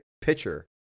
pitcher